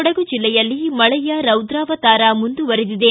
ಕೊಡಗು ಜಿಲ್ಲೆಯಲ್ಲಿ ಮಳೆಯ ರೌದ್ರಾವತಾರ ಮುಂದುವರೆದಿದೆ